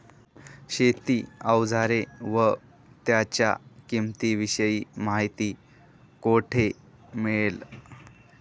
शेती औजारे व त्यांच्या किंमतीविषयी माहिती कोठे मिळेल?